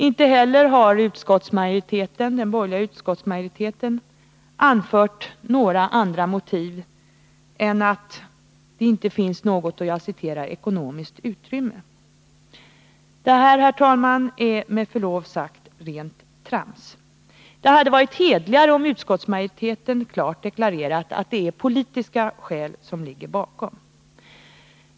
Inte heller har den borgerliga utskottsmajoriteten anfört andra motiv än att det inte finns något ”ekonomiskt utrymme”. Det här är, herr talman, med förlov sagt rent trams. Det hade varit hederligare om utskottsmajoriteten klart deklarerat att det är politiska skäl som ligger bakom.